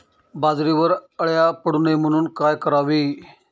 बाजरीवर अळ्या पडू नये म्हणून काय करावे?